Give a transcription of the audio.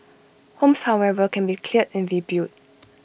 homes however can be cleared and rebuilt